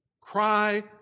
Cry